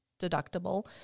deductible